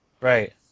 Right